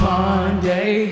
Monday